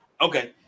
Okay